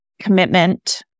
Commitment